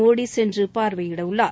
மோடி சென்று பார்வையிட உள்ளார்